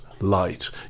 light